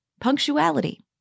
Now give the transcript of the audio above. punctuality